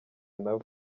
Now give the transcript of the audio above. nawe